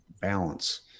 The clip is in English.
balance